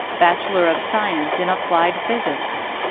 bachelor of science in applied physics.